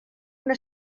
una